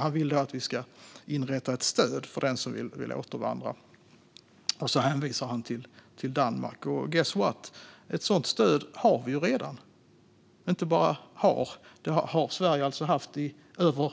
Han vill att vi ska inrätta ett stöd för den som vill återvandra, och så hänvisar han till Danmark. Guess what? Ett sådant stöd har Sverige redan. Vi inte bara har det, utan vi har haft det i